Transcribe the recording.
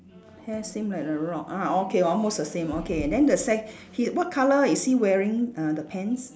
hair same like the rock ah okay almost the same okay then the se~ he what colour is he wearing uh the pants